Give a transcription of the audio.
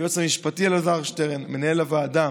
ליועץ המשפטי אלעזר שטרן, למנהל הוועדה